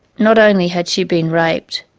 not only had she been raped,